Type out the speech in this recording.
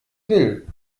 will